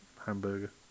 hamburger